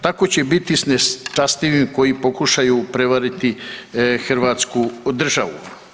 Tako će biti sa nečastivim koji pokušaju prevariti Hrvatsku državu.